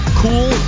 cool